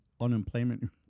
unemployment